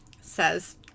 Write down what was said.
Says